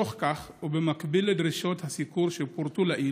בתוך כך, ובמקביל לדרישות הסיקור שפורטו לעיל,